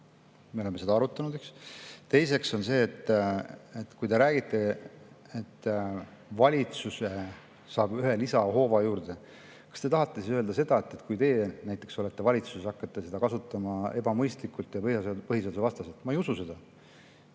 Me oleme seda arutanud. Teiseks see: kui te räägite, et valitsus saab ühe hoova juurde, siis kas te tahate öelda seda, et kui näiteks teie oleksite valitsuses, siis hakkaksite seda kasutama ebamõistlikult ja põhiseadusvastaselt? Ma ei usu seda.